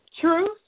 Truth